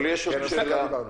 יש לי עוד שאלה.